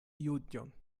juĝon